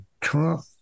Trump